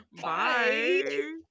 Bye